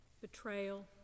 Betrayal